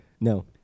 No